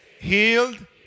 healed